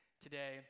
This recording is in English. today